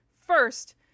First